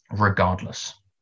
regardless